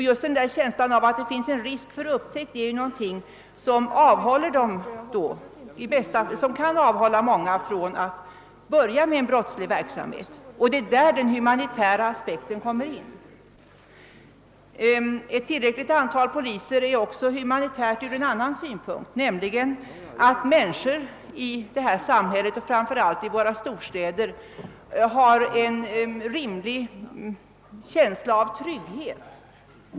Just känslan av att det finns en verklig risk för att bli upptäckt är ju någonting som i bästa fall kan avhålla många från att börja med en brottslig verksamhet. Det är där den humanitära aspekten kommer in. Ett tillräckligt antal poliser är också ett viktigt humanitärt krav ur en annan synpunkt, nämligen att människor i detta samhälle och framför allt i våra storstäder därigenom kan få en rimlig känsla av trygghet.